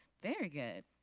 very good.